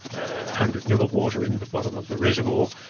ah hundred ml of water in the bottom of the reservoir,